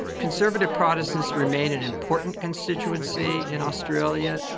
conservative protestants remain an important constituency in australia.